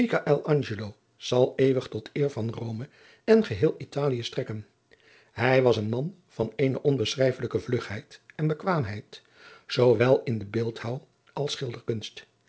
zal eeuwig tot eer van rome en geheel italie strekken hij was een man van eene onbeschrijfelijke vlugheid en bekwaamheid zoo wel in de beeldhouw als schilderkunst